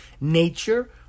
nature